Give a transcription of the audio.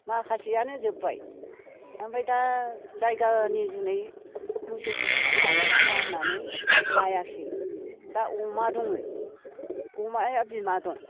माखासेयानो जोबबाय ओमफाय दा जायगानि जुनै मोसौ बिसिबां लानो नाङा होननानै लायाखैसै दा अमा दङ अमाया बिमा दं